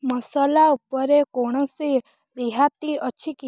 ମସଲା ଉପରେ କୌଣସି ରିହାତି ଅଛି କି